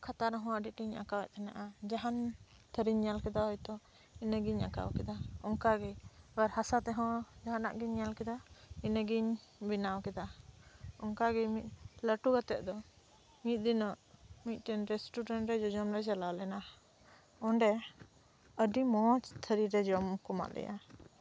ᱠᱷᱟᱛᱥᱟ ᱨᱮᱦᱚᱸ ᱟᱹᱰᱤ ᱟᱸᱴᱤᱧ ᱟᱸᱠᱟᱣ ᱮᱫ ᱛᱟᱦᱮᱸᱱᱟ ᱡᱟᱦᱟᱱ ᱪᱤᱛᱟᱹᱨ ᱤᱧ ᱧᱮᱞ ᱠᱮᱫᱟ ᱤᱱᱟᱹᱜᱤᱧ ᱟᱸᱠᱟᱣ ᱠᱮᱫᱟ ᱚᱱᱠᱟᱜᱮ ᱦᱟᱥᱟ ᱛᱮ ᱦᱚᱸ ᱡᱟᱦᱟᱸᱱᱟᱜ ᱜᱤᱧ ᱧᱮᱞ ᱠᱮᱫᱟ ᱤᱱᱟᱹ ᱜᱤᱧ ᱵᱮᱱᱟᱣ ᱠᱮᱫᱟ ᱚᱱᱠᱟᱜᱮ ᱞᱟᱹᱴᱩ ᱠᱟᱛᱮᱫ ᱫᱚ ᱢᱤᱫ ᱫᱤᱱᱚᱜ ᱢᱤᱫᱴᱮᱱ ᱨᱮᱥᱴᱩᱨᱮᱱᱴ ᱨᱮ ᱡᱚᱡᱚᱢ ᱞᱮ ᱪᱟᱞᱟᱣ ᱞᱮᱱᱟ ᱚᱱᱰᱮ ᱟᱹᱰᱤ ᱢᱚᱸᱡᱽ ᱛᱷᱟᱹᱨᱤ ᱨᱮ ᱡᱚᱢ ᱠᱚ ᱮᱢᱟᱫ ᱞᱮᱭᱟ